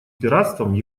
пиратством